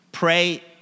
Pray